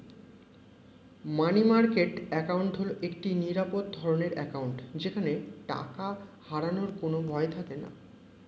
মানি market account হল একটি নিরাপদ ধরনের অ্যাকাউন্ট যেখানে টাকা হারানোর কোনো ভয় থাকেনা